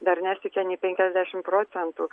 dar nesiekia nei penkiasdešimt procentų